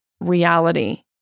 reality